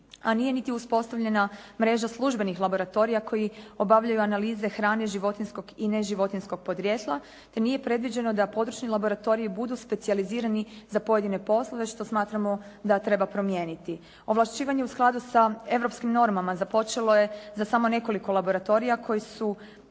a nije niti uspostavljena mreža službenih laboratorija koji obavljaju analize hrane, životinjskog i neživotinjskog podrijetla te nije predviđeno da područni laboratoriji budu specijalizirani za pojedine poslove. Znači to smatramo da treba promijeniti. Ovlašćivanje u skladu sa europskim normama započelo je za samo nekoliko laboratorija koji su